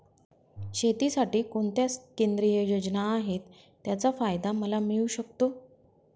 शेतीसाठी कोणत्या केंद्रिय योजना आहेत, त्याचा फायदा मला कसा मिळू शकतो?